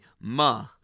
Ma